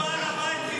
איפה בעל הבית?